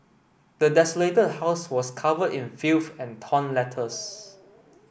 the desolated house was covered in filth and torn letters